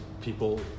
people